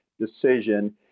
decision